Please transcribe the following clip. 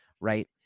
right